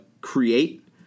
create